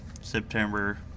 September